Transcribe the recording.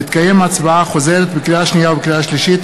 תתקיים הצבעה חוזרת בקריאה שנייה ובקריאה שלישית